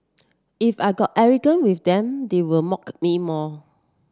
if I got arrogant with them they would mock me more